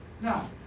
Now